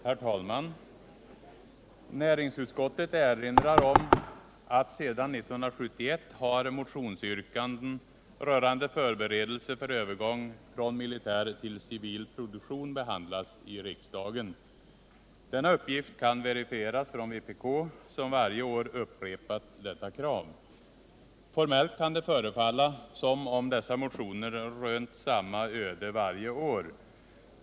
Herr talman! Näringsutskottet erinrar om att sedan 1971 har motionsyr Torsdagen den kanden rörande förberedelser för övergång från militär till civil produktion 20 april 1978 behandlats i riksdagen. Denna uppgift kan verifieras från vpk, som varje år upprepat detta krav. Formellt kan det förefalla som om dessa motioner rönt samma öde varje år.